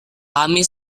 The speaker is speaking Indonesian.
kami